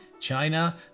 China